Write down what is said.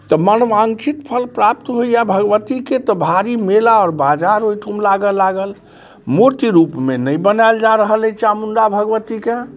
तऽ मनवाञ्छित फल प्राप्त होइए भगवतीके तऽ भाड़ी मेला बाजार ओइठम लागऽ लागल मूर्ति रूपमे नहि बनायल जाय रहल अइ चामुण्डा भगबती के